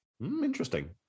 Interesting